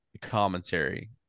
commentary